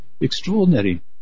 extraordinary